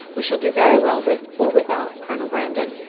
we shall do very well with or without colonel brandon.